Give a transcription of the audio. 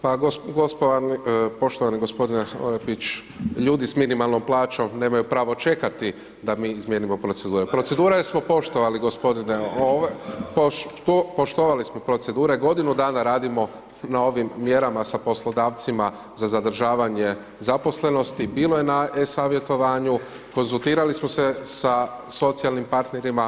Pa poštovani gospodine Orepić, ljudi s minimalnom plaćom nemaju pravo čekati da mi izmijenimo procedure, procedure smo poštovali gospodine, … [[Upadica: govornik se ne čuje.]] poštovali smo procedure, godinu dana radimo na ovim mjerama sa poslodavcima za zadržavanje zaposlenosti, bilo je na e-savjetovanju, konzultirali smo se sa socijalnim partnerima.